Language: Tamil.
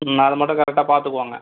ம் அதை மட்டும் கரெக்டாக பார்த்துக்கோங்க